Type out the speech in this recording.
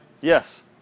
Yes